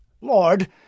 Lord